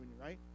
right